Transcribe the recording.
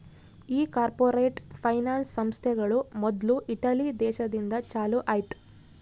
ಈ corporate finance ಸಂಸ್ಥೆಗಳು ಮೊದ್ಲು ಇಟಲಿ ದೇಶದಿಂದ ಚಾಲೂ ಆಯ್ತ್